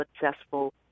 successful